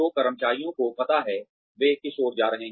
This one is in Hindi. तो कर्मचारियों को पता है वे किस ओर जा रहे हैं